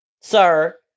sir